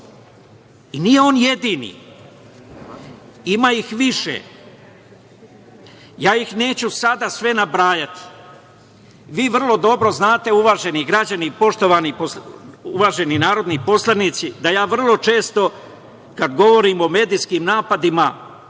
i nije on jedini. Ima ih više. Neću ih sada sve nabrajati. Vi vrlo dobro znate, uvaženi građani i uvaženi narodni poslanici, da ja vrlo često kada govorim o medijskim napadima